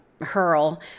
hurl